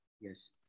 Yes